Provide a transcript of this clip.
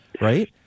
right